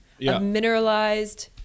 mineralized